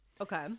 Okay